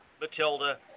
Matilda